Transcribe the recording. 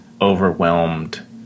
overwhelmed